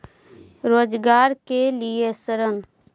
रोजगार के लिए ऋण?